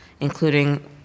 including